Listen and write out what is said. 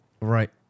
Right